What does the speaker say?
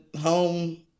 home